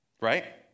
right